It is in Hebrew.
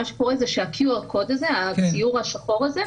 מה שקורה זה ה-QR CODE הציור השחור הזה,